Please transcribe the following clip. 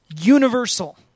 universal